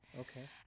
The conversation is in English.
Okay